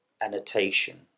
annotation